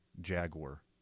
Jaguar